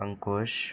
अंकुश